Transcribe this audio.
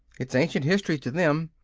it's ancient history to them.